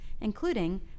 including